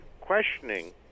questioning